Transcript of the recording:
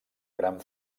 gran